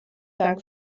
dank